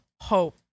hope